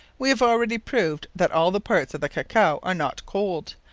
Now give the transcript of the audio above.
wee have already proved, that all the parts of the cacao are not cold.